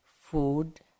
food